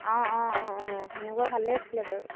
অঁ অঁ অঁ অঁ সেনেকুৱা ভালেই আছিলে বাৰু